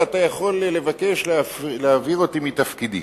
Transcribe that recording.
ואתה יכול לבקש להעביר אותי מתפקידי.